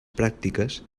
pràctiques